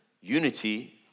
unity